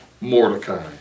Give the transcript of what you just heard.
Mordecai